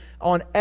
on